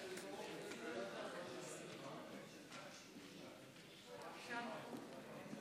כהצעת הוועדה, נתקבלו.